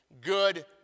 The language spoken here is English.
good